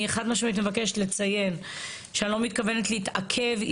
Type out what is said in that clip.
אני חד משמעית מבקשת לציין שאני לא מתכוונת להתעכב.